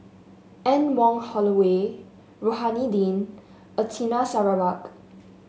Anne Wong Holloway Rohani Din Anita Sarawak